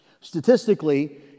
Statistically